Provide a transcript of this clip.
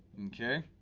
okay?